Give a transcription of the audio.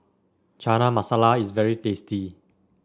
Chana Masala is very tasty